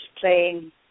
playing